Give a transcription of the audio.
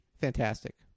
fantastic